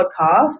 podcast